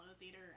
Theater